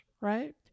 right